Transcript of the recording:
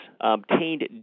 obtained